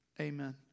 Amen